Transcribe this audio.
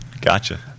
gotcha